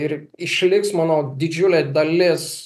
ir išliks manau didžiulė dalis